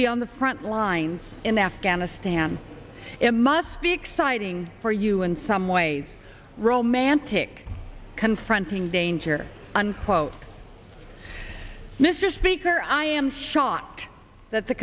be on the front lines in afghanistan it must be exciting for you in some ways romantic confronting danger unquote mr speaker i am shocked that the